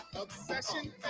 Obsession